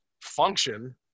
function